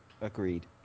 Agreed